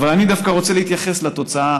אבל אני דווקא רוצה להתייחס לתוצאה